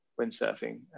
windsurfing